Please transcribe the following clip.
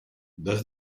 does